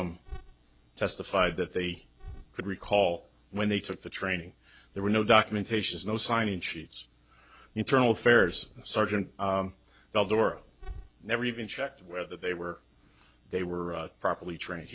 them testified that they could recall when they took the training there were no documentations no sign in sheets internal affairs sergeant the door never even checked whether they were they were properly trained